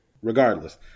Regardless